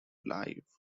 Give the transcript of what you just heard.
live